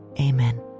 amen